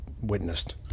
witnessed